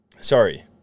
sorry